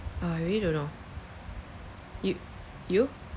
ah I really don't know you you